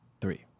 three